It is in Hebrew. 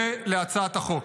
ולהצעת החוק.